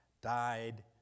died